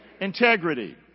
integrity